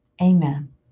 Amen